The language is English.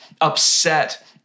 upset